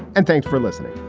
and thanks for listening